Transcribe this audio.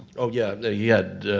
oh yeah yeah, he had,